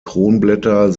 kronblätter